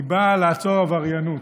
היא באה לעצור עבריינות.